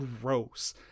gross